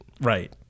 Right